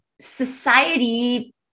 society